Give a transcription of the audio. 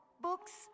books